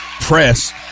press